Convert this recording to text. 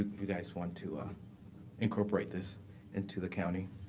you guys want to incorporate this into the county.